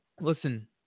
listen